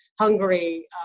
Hungary